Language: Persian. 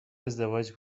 ازدواج